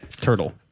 Turtle